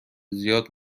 زیاد